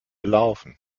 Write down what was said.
laufen